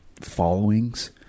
followings